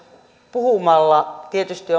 puhua tietysti